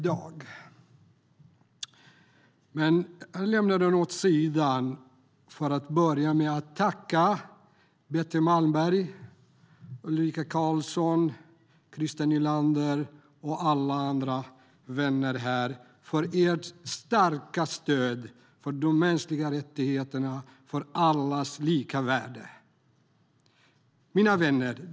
Jag lämnar dock detta åt sidan och börjar med att tacka Betty Malmberg, Ulrika Carlsson i Skövde, Christer Nylander och alla andra vänner här för deras starka stöd för de mänskliga rättigheterna och allas lika värde. Mina vänner!